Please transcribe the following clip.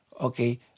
Okay